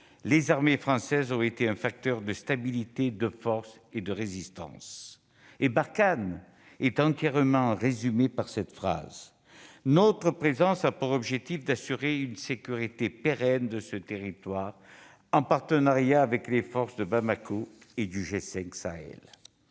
les armées françaises ont été un facteur de stabilité, de force et de résistance ». Barkhane est entièrement résumée dans cette phrase. Notre présence a pour objectif de garantir une sécurité pérenne sur ce territoire, en partenariat avec les forces de Bamako et du G5 Sahel.